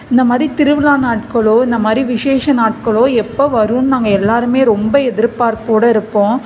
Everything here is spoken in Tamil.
இந்தமாதிரி திருவிழா நாட்களோ இந்த விசேஷ நாட்களோ எப்போ வரும்னு நாங்கள் எல்லாருமே ரொம்ப எதிர்பார்ப்போட இருப்போம்